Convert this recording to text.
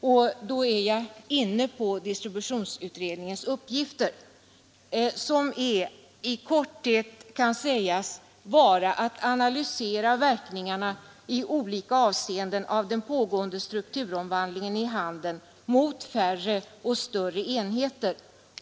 Jag är då inne på distributionsutredningens uppgifter som i korthet kan sägas vara att analysera verkningarna i olika avseenden av den pågående strukturomvandlingen i handeln mot färre och större enheter.